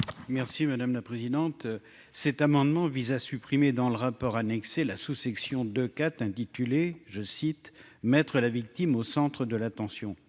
Merci madame la présidente, cet amendement vise à supprimer dans le rapport annexé la sous-section de quatre intitulé je cite maître la victime au centre de l'attention